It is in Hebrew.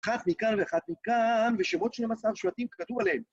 כך מכאן ואחת מכאן, ושמות של שנים-עשר שבטים כתוב עליהם